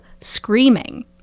Screaming